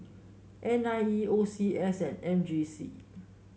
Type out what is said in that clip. N I E O C S and M J C